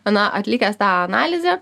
na atlikęs tą analizę